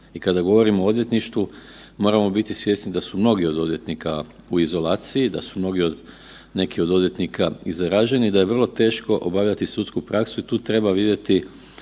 Kada govorimo o odvjetništvu moramo biti svjesni da su mnogi od odvjetnika u izolaciji, da su mnogi od neki od odvjetnika i zaraženi, da je vrlo teško obavljati sudsku praksu, tu treba vidjeti